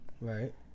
Right